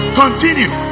continue